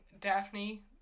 Daphne